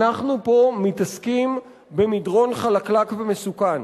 אנחנו פה מתעסקים במדרון חלקלק ומסוכן.